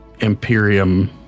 Imperium